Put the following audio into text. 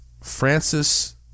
Francis